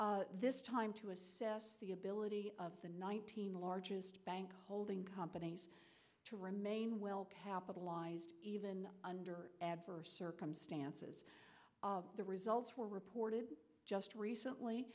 acronym this time to assess the ability of the nineteen largest bank holding companies to remain well capitalized even under adverse circumstances the results were reported just recently